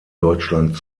deutschland